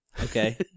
okay